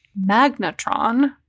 magnetron